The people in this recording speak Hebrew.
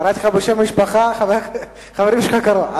קראתי לך בשם משפחה, חברים שלך קראו.